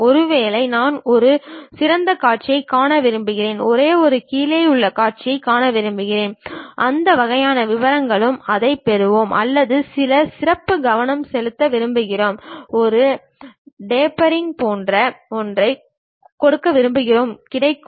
ஒருவேளை நான் ஒரே ஒரு சிறந்த காட்சியைக் காண விரும்புகிறேன் ஒரே ஒரு கீழேயுள்ள காட்சியைக் காண விரும்புகிறேன் அந்த வகையான விவரங்களும் அதைப் பெறுவோம் அல்லது சில சிறப்பு கவனம் செலுத்த விரும்புகிறோம் ஒரு டேப்பரிங் போன்ற ஒன்றைக் கொடுக்க விரும்புகிறோம் கிடைக்கிறது